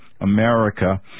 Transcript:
America